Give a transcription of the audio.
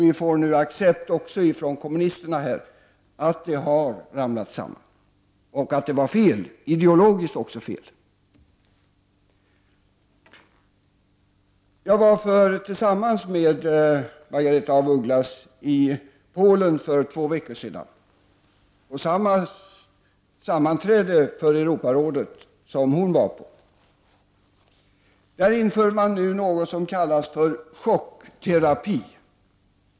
Vi får en accept också från kommunister här om att det har ramlat ihop och att det var fel, även ideologiskt fel. För två veckor sedan var jag tillsammans med Margaretha af Ugglas i Polen. Jag var med på samma sammanträde i Europarådet som hon deltog i. Där inför man nu något som kallades för chockterapi.